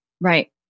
Right